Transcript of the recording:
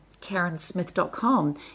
karensmith.com